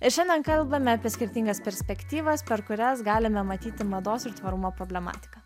ir šiandien kalbame apie skirtingas perspektyvas per kurias galime matyti mados ir tvarumo problematiką